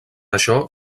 això